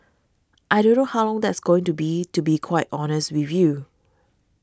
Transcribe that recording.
I don't know how long that's going to be to be quite honest with you